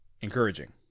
encouraging